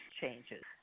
changes